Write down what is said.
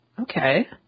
Okay